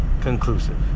conclusive